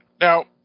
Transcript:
now